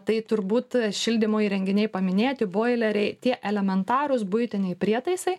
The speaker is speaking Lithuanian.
tai turbūt šildymo įrenginiai paminėti boileriai tie elementarūs buitiniai prietaisai